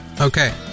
Okay